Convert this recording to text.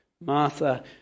Martha